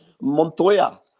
Montoya